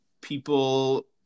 people